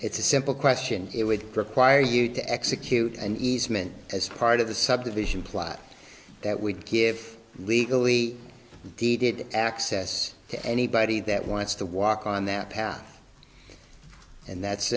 it's a simple question it would require you to execute an easement as part of the subdivision plot that would give legally deeded access to anybody that wants to walk on that path and that's